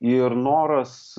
ir noras